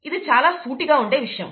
ఇది చాలా సూటిగా ఉండే విషయం